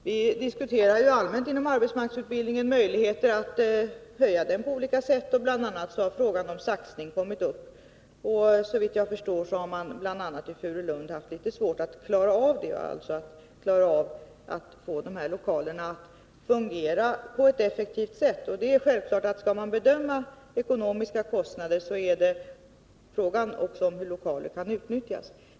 Vi diskuterar ju allmänt inom arbetsmarknadsutbildningen möjligheter till förbättringar på olika sätt, och bl.a. har frågan om saxning kommit. Såvitt jag förstår har man bl.a. i Furulund haft vissa svårigheter med att få lokalerna att fungera på ett effektivt sätt. Vid bedömningen av kostnaderna måste man också ta hänsyn till hur lokalerna kan utnyttjas.